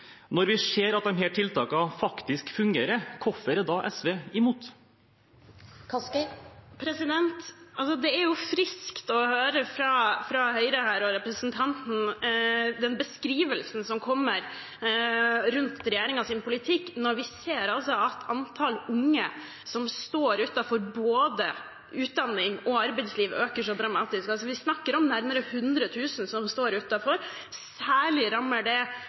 Når vi ser at disse tiltakene faktisk fungerer, hvorfor er da SV imot? Det er jo friskt å høre fra Høyre og representanten den beskrivelsen som kommer rundt regjeringens politikk når vi ser at antall unge som står utenfor både utdanning og arbeidsliv, øker så dramatisk – vi snakker altså om nærmere 100 000 som står utenfor. Særlig rammer det